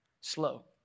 slow